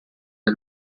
del